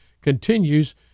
continues